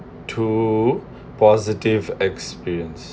two positive experience